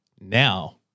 Now